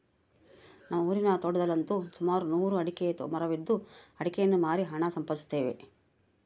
ನಮ್ಮ ಊರಿನ ತೋಟದಲ್ಲಂತು ಸುಮಾರು ನೂರು ಅಡಿಕೆಯ ಮರವಿದ್ದು ಅಡಿಕೆಯನ್ನು ಮಾರಿ ಹಣ ಸಂಪಾದಿಸುತ್ತೇವೆ